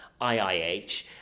IIH